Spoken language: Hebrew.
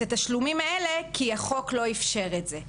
התשלומים האלה כי החוק לא איפשר את זה.